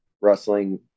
wrestling